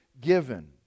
given